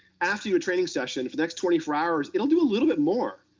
after your training session, for the next twenty four hours, it'll do a little bit more.